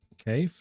Okay